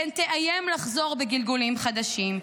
פן תאיים לחזור בגלגולים חדשים.